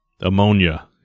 Ammonia